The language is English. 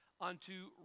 unto